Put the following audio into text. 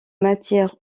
matière